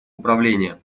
управления